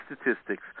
statistics